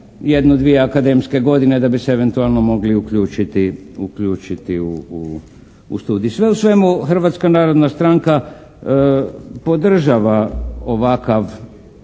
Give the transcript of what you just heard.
jednu, dvije akademske godine da bi se eventualno mogli uključiti u studij. Sve u svemu Hrvatska narodna stranka podržava ovakav,